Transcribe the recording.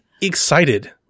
excited